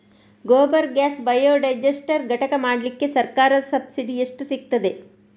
Gobar gas biodigester ಘಟಕ ಮಾಡ್ಲಿಕ್ಕೆ ಸರ್ಕಾರದ ಸಬ್ಸಿಡಿ ಎಷ್ಟು ಸಿಕ್ತಾದೆ?